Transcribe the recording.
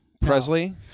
Presley